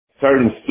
certain